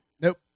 Nope